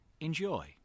Enjoy